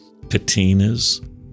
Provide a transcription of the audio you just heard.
patinas